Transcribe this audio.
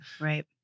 Right